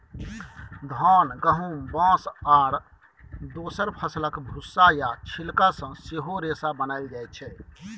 धान, गहुम, बाँस आ दोसर फसलक भुस्सा या छिलका सँ सेहो रेशा बनाएल जाइ छै